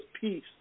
peace